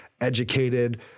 educated